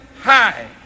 high